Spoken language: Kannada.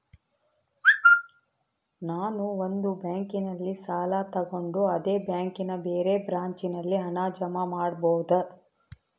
ನಾನು ಒಂದು ಬ್ಯಾಂಕಿನಲ್ಲಿ ಸಾಲ ತಗೊಂಡು ಅದೇ ಬ್ಯಾಂಕಿನ ಬೇರೆ ಬ್ರಾಂಚಿನಲ್ಲಿ ಹಣ ಜಮಾ ಮಾಡಬೋದ?